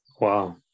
wow